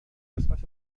قسمت